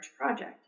project